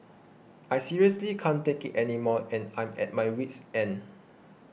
I seriously can't take it anymore and I'm at my wit's end